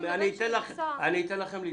אתן לכם להתבטא.